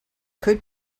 could